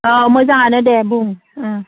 औ मोजाङानो दे बुं ओं